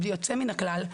בלי יוצא מן הכלל,